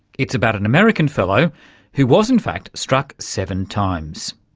it's about an american fellow who was in fact struck seven times.